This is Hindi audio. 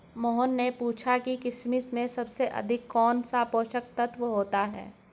मोहन ने पूछा कि किशमिश में सबसे अधिक कौन सा पोषक तत्व होता है?